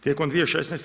Tijekom 2016.